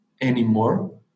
anymore